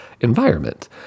environment